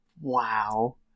Wow